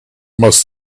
must